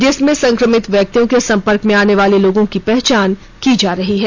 जिसमें संक्रमित व्यक्तियों के संपर्क में आने वाले लोगों की पहचान की जा रही है